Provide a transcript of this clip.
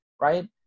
Right